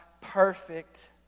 perfect